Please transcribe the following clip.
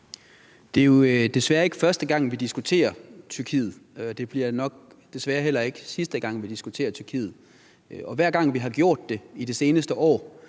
Det er jo desværre ikke første gang, vi diskuterer Tyrkiet. Det bliver nok desværre heller ikke sidste gang, vi diskuterer Tyrkiet. Og hver gang vi har gjort det i det seneste år